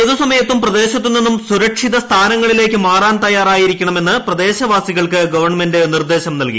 ഏതു സമയത്തും പ്രദേശത്ത് നിന്നും സുരക്ഷിതസ്ഥാനങ്ങളിലേക്ക് മാറാൻ തയ്യാറായിരിക്കണമെന്ന് പ്രദേശവാസികൾക്ക് ഗവൺമെന്റ് നിർദ്ദേശം നൽകി